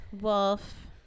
Wolf